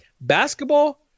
Basketball